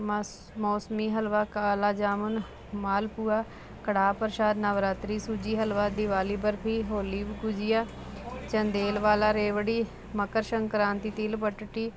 ਮਾ ਮੌਸਮੀ ਹਲਵਾ ਕਾਲਾ ਜਾਮੁਨ ਮਾਲਪੂਆ ਕੜਾਹ ਪ੍ਰਸ਼ਾਦ ਨਵਰਾਤਰੀ ਸੂਜੀ ਹਲਵਾ ਦਿਵਾਲੀ ਬਰਫੀ ਹੋਲੀ ਗੁਜੀਆ ਚੰਦੇਲ ਵਾਲਾ ਰੇਵੜੀ ਮਕਰ ਸ਼ੰਕਰਾਨਤੀ ਤਿਲ ਬਟਟੀ